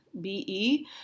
B-E